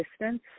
distance